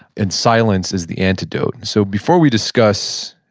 and silence is the antidote. and so before we discuss